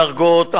דרגות.